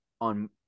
on